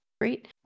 great